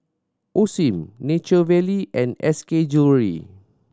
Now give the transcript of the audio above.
Osim Nature Valley and S K Jewellery